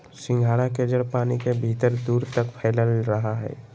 सिंघाड़ा के जड़ पानी के भीतर दूर तक फैलल रहा हइ